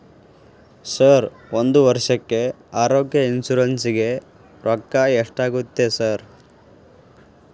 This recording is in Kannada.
ಸರ್ ಒಂದು ವರ್ಷಕ್ಕೆ ಆರೋಗ್ಯ ಇನ್ಶೂರೆನ್ಸ್ ಗೇ ರೊಕ್ಕಾ ಎಷ್ಟಾಗುತ್ತೆ ಸರ್?